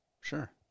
Sure